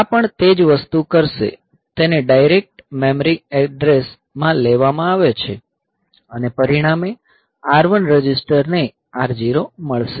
આ પણ તે જ વસ્તુ કરશે તેને ડાયરેક્ટ મેમરી એડ્રેસ માં લેવામાં આવે છે અને પરિણામે R1 રજિસ્ટર ને R0 મળશે